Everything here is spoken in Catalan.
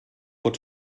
pot